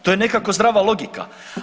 To je nekako zdrava logika.